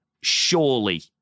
Surely